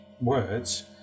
words